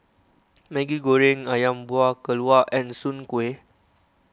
Maggi Goreng Ayam Buah Keluak and Soon Kuih